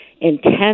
intense